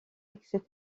etc